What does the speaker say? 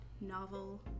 novel